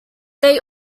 they